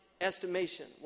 estimation